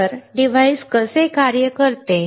तर डिव्हाइस कसे कार्य करते